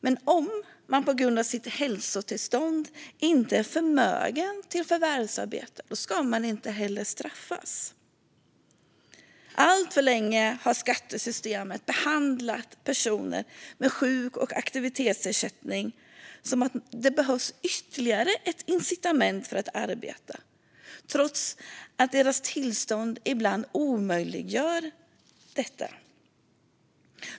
Men om man på grund av sitt hälsotillstånd inte är förmögen till förvärvsarbete ska man inte straffas för det. Alltför länge har skattesystemet behandlat personer med sjuk och aktivitetsersättning som personer som behöver ytterligare incitament för att arbeta trots att deras tillstånd ibland omöjliggör det.